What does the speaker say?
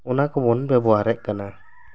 ᱚᱱᱟ ᱠᱚ ᱵᱚᱱ ᱵᱮᱵᱚᱦᱟᱨᱮᱜ ᱠᱟᱱᱟ